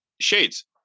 shades